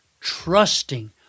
trusting